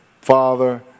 father